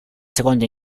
secondo